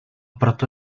proto